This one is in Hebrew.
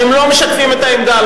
שהן לא משקפות את העמדה,